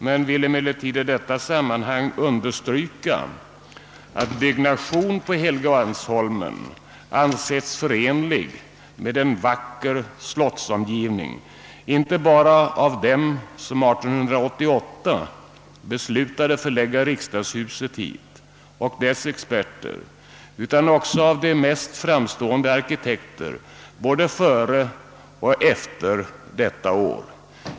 Jag vill emellertid i detta sammanhang understryka, att byggnationen på Helgeandsholmen ansetts förenlig med en vacker slottsomgivning, inte bara av dem som 1888 beslutade att förlägga riksdagshuset hit och dess experter utan också av de mest framstående arkitekter, både före och efter detta år.